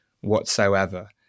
whatsoever